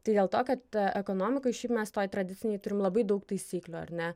tai dėl to kad ekonomikoj šiaip mes toj tradicinėj turim labai daug taisyklių ar ne